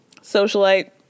socialite